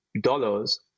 dollars